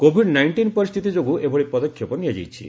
Covid nineteen ପରିସ୍ଥିତି ଯୋଗୁଁ ଏଭଳି ପଦକ୍ଷେପ ନିଆଯାଇଛି